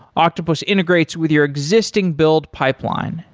octopus integrates with your existing build pipeline,